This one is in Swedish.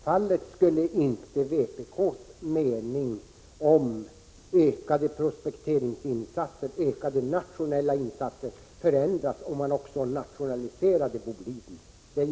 Herr talman! Självfallet skulle inte vpk:s mening om ökade prospekteringsinsatser förändras, om man nationaliserade Boliden.